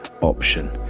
option